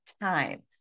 time